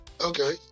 Okay